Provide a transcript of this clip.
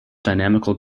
dynamical